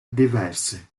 diverse